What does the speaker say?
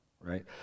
right